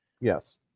Yes